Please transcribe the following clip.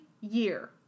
year